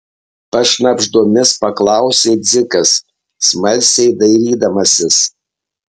pašnabždomis paklausė dzikas smalsiai dairydamasis